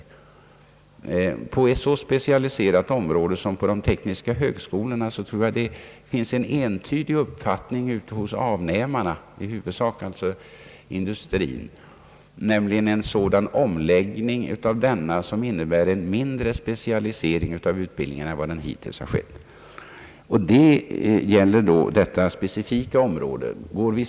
När det gäller ett så specialiserat område som de tekniska högskolornas tror jag att avnämarna, i huvudsak alltså industrin, har den entydiga uppfattningen att vi behöver en omläggning som innebär mindre specialisering av utbildningen än hittills. Det gäller ett mycket specifikt område.